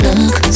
Look